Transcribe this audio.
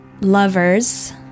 lovers